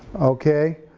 okay,